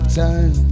time